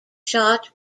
shot